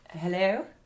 Hello